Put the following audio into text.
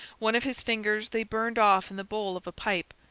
one of his fingers they burned off in the bowl of a pipe.